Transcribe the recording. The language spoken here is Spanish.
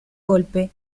golpe